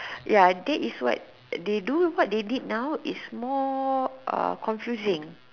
ya that is what they do what they did now it's more uh confusing